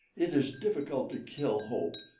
it is difficult to kill hope,